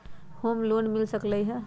Home loan मिल सकलइ ह?